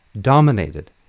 dominated